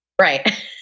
Right